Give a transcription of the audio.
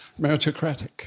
Meritocratic